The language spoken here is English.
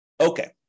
Okay